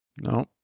No